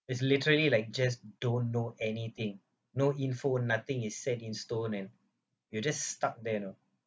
is literally like just don't know anything no info nothing is set in stone and you are just stuck there you know